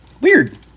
weird